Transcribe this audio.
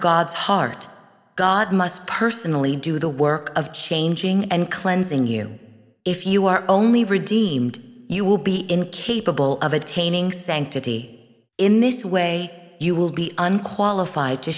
god's heart god must personally do the work of changing and cleansing you if you are only redeemed you will be incapable of attaining sanctity in this way you will be unqualified to